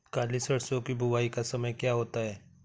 काली सरसो की बुवाई का समय क्या होता है?